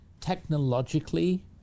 technologically